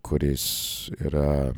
kuris yra